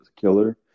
killer